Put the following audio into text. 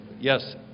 yes